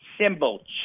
Symbol